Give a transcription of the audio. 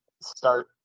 start